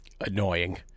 annoying